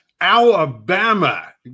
Alabama